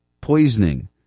poisoning